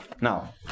Now